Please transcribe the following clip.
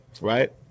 right